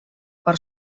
per